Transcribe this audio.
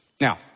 Now